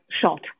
shot